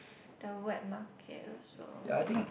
the wet market also